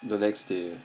didn't stay